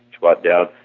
squat down,